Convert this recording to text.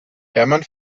hermann